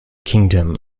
kingdom